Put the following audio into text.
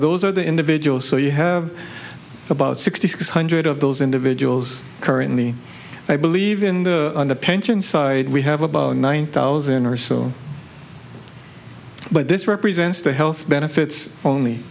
those are the individuals so you have about sixty six hundred of those individuals currently i believe in the pension side we have about one thousand or so but this represents the health benefits